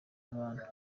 abantu